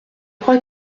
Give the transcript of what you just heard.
crois